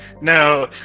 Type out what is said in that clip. No